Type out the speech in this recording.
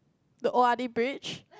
the O_R_D bridge